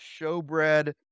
showbread